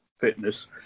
Fitness